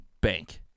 bank